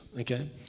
okay